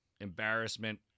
Embarrassment